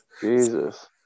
jesus